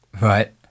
right